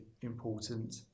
important